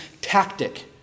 tactic